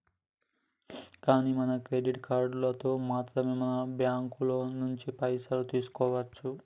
కానీ మనం డెబిట్ కార్డులతో మాత్రమే మన బ్యాంకు నుంచి పైసలు తీసుకోవచ్చు